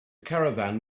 caravan